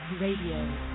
Radio